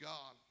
God